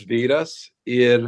vyras ir